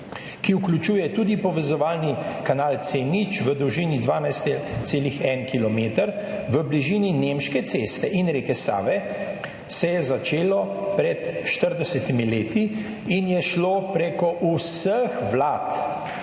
ki vključuje tudi povezovalni kanal C0 v dolžini 12,1 kilometer v bližini Nemške ceste in reke Save, se je začelo pred 40. leti in je šlo preko vseh vlad